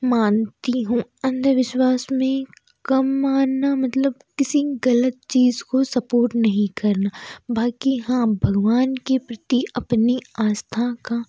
मानती हों अंधविश्वास में कम मानना मतलब किसी गलत चीज़ को सपोर्ट नहीं करना बाकी हाँ भगवान के प्रति अपनी आस्था का